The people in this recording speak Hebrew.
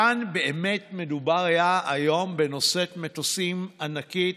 באמת היה מדובר כאן היום בנושאת מטוסים ענקית,